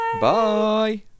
Bye